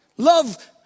Love